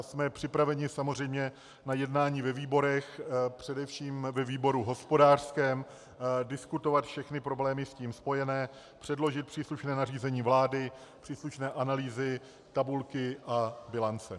Jsme připraveni samozřejmě na jednání ve výborech, především ve výboru hospodářském, diskutovat všechny problémy s tím spojené, předložit příslušné nařízení vlády, příslušné analýzy, tabulky a bilance.